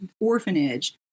orphanage